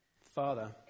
Father